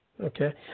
Okay